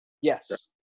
Yes